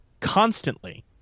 constantly